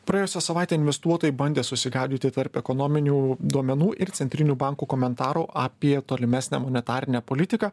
praėjusią savaitę investuotojai bandė susigaudyti tarp ekonominių duomenų ir centrinių bankų komentarų apie tolimesnę monetarinę politiką